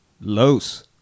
Los